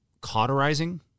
cauterizing